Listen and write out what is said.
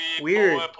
Weird